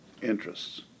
interests